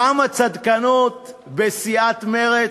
כמה צדקנות בסיעת מרצ.